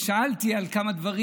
שאלתי על כמה דברים.